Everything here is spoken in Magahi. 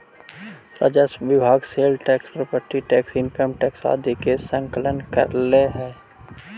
राजस्व विभाग sale tax property tax income tax आदि के संकलन करऽ हई